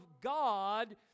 God